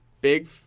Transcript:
Big